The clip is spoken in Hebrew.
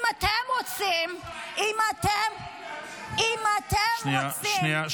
אם אתם רוצים ------ אם אתם רוצים --- שנייה,